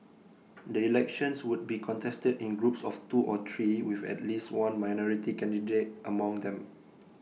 the elections would be contested in groups of two or three with at least one minority candidate among them